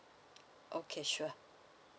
okay sure